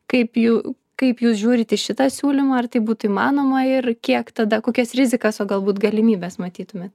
kaip jų kaip jūs žiūrit į šitą siūlymą ar tai būtų įmanoma ir kiek tada kokias rizikas o galbūt galimybes matytumėt